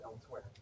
elsewhere